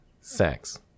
sex